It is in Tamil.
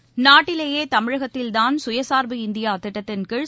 செகண்ட்ஸ் நாட்டிலேயே தமிழகத்தில்தான் சுயசார்பு இந்தியா திட்டத்தின்கீழ்